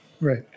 Right